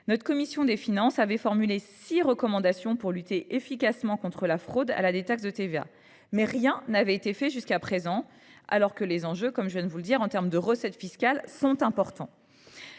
Notre commission des finances avait formulé six recommandations pour lutter efficacement contre la fraude à la détaxe de TVA, mais rien n’avait été fait jusqu’à présent, alors que les enjeux en termes de recettes fiscales sont importants.